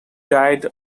died